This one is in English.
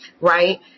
right